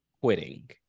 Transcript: quitting